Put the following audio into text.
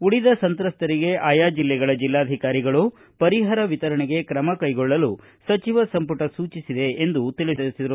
ಉಳಿದ ಸಂತ್ರಸ್ತರಿಗೆ ಆಯಾ ಜಿಲ್ಲೆಗಳ ಜಿಲ್ಲಾಧಿಕಾರಿಗಳು ಪರಿಹಾರ ವಿತರಣೆಗೆ ಕ್ರಮ ಕ್ಷೆಗೊಳ್ಳಲು ಸಚಿವ ಸಂಪುಟ ಸೂಚಿಸಿದೆ ಎಂದು ಹೇಳಿದರು